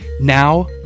Now